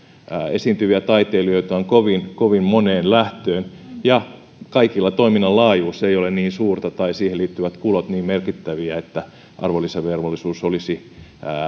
esiintyviä taiteilijoita on kovin kovin moneen lähtöön ja kaikilla toiminnan laajuus ei ole niin suurta tai siihen liittyvät tulot niin merkittäviä että arvonlisäverovelvollisuus olisi